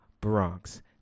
Bronx